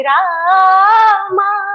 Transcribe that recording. Rama